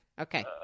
Okay